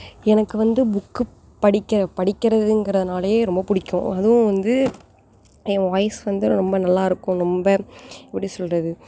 எனக்கு வந்து புக்கு படிக்க படிகிறதுங்கிறதுனாலே ரொம்ப பிடிக்கும் அதுவும் வந்து என் வாய்ஸ் வந்து ரொம்ப நல்லா இருக்கும் ரொம்ப எப்படி சொல்லுறது